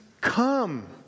come